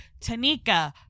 Tanika